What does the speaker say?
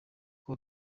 uko